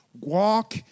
Walk